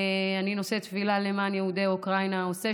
אני נושאת תפילה למען יהודי אוקראינה: עושה